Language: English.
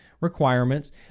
requirements